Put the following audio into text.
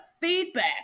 feedback